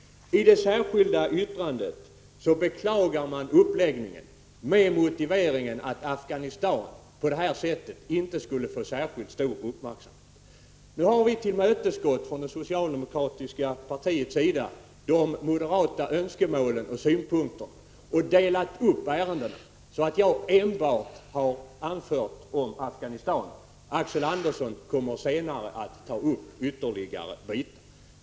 I det särskilda yttrandet beklagar moderaterna uppläggningen med motiveringen att Afghanistan på det här sättet inte skulle få särskilt stor uppmärksamhet. Nu har vi från det socialdemokratiska partiets sida tillmötesgått de moderata önskemålen och delat upp ärendet, så att jag enbart har talat om Afghanistan. Axel Andersson kommer senare att ta upp ytterligare bitar.